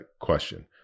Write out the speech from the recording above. question